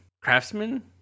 craftsman